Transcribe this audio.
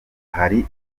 hari